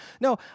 No